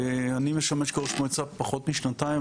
אני משמש כראש מועצה פחות משנתיים,